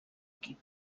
equip